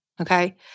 okay